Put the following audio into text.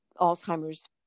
Alzheimer's